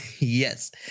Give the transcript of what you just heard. yes